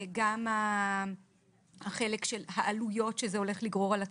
גם החלק של העלויות שזה הולך לגרור על הציבור.